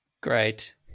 Great